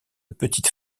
petites